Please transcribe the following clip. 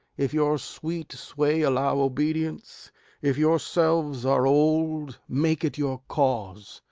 if your sweet sway allow obedience if yourselves are old, make it your cause!